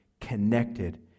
connected